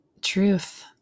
truth